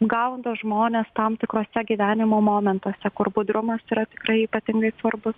gaudo žmones tam tikruose gyvenimo momentuose kur budrumas yra tikrai ypatingai svarbus